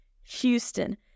Houston